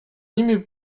nimi